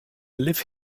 live